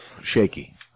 shaky